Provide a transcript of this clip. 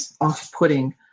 off-putting